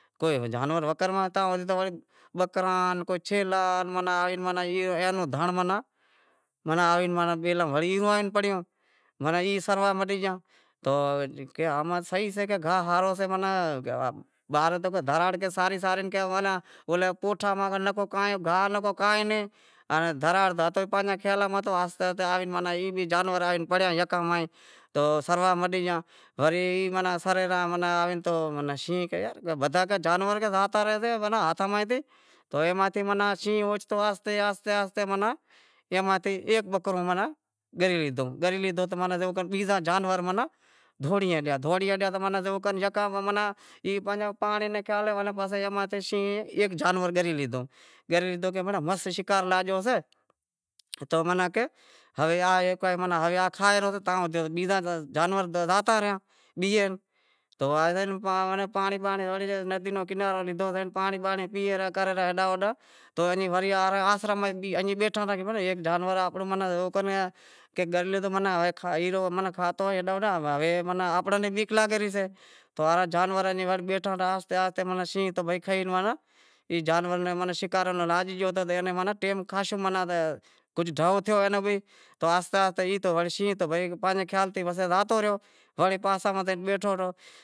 کوئی جانور ماناں بکراں کوئی چھیلاں کوئی ایوو دھنڑ ماناں ماناں وڑی بیلاں ماہ پڑیو ماناں ایئں سروا مٹی گیا تو گاہ ہارو سئے تو دھراڑ تو ساری ساری تھیا روانا پوٹھا ماں نکو گاہ نکو کائیں آن دھراڑ تو پانھنجے خیالاں ماہ ہتو آہستے آہستے ماناں ای بی جانور آئے پڑیا یکا تو سروا مٹی گیا روی ای ماناں سرے رہیا تو شینہں کہے یار جانور تو زاتا تہیا سئے ہاتھاں مہیں تھے تو اے شینہں اوچتو آہستے آہستے ایئں ماں تھی ہیک باکرو ماناں گری لیتو، گاری لیتو ماناں بیزا جانور ماناں دہوڑیئیں گیا، دہوڑی گیا تو جیوو کر یکا ماناں شینہں ہیک جانور گری لیتو، گری لیتو ماناں مس شکار لاگیو سے تو کھائے داھپیو بیزا جانور تو زاتا رہیا بیہے تو آئے پانڑی بانڑی پیوے ندی رو کنارو لیتو سئے تو پانڑی پیئے رہیا تو ہیڈاں ہوڈاں تو ایئں آسرے میں بیٹھا رہیا کی ایک جانور آنپڑو جیوو کر گری لیدہو تو ماناں کھادہو ہیڈاں ہوڈاں تو ہوے آنپاں ناں بیہہ لاگی رہیو سئے ماناں شینہں اوئاں ناں کھائی ماناں جانور رو شیکار لاگی گیو ہتو تو ماناں ٹیم خاشو ماناں کجھ ڈھو تھیو اوئے آہستے آہستے ای تھ شینہں تو پانھنجے خیال تے پسے زاتو رہیو پسے پاسے ماتھے بیٹھو۔